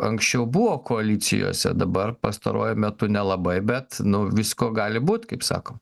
anksčiau buvo koalicijose dabar pastaruoju metu nelabai bet nu visko gali būt kaip sako